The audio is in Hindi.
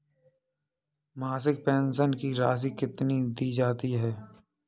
मासिक पेंशन की राशि कितनी दी जाती है?